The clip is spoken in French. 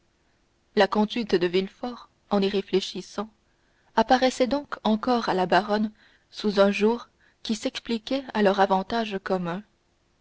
la conduite de villefort en y réfléchissant apparaissait donc encore à la baronne sous un jour qui s'expliquait à leur avantage commun